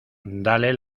dale